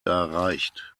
erreicht